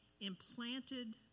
implanted